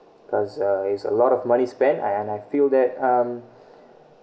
cause uh it's a lot of money spent I and I feel that um